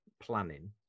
planning